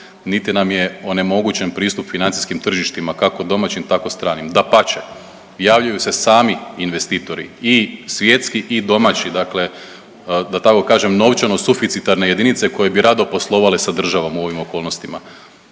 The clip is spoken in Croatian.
niti nam je onemogućen pristup financijskim tržištima kako domaćim, tako stranim. Dapače, javljaju se sami investitori i svjetski i domaći. Dakle, da tako kažem novčano suficitarne jedinice koje bi rado poslovale sa državom u ovim okolnostima.